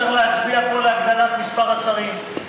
צריך להצביע פה על הגדלת מספר השרים,